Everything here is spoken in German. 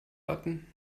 hatten